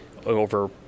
over